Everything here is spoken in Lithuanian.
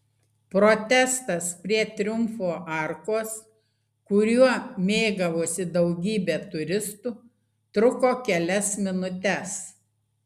protestas prie triumfo arkos kuriuo mėgavosi daugybė turistų truko kelias minutes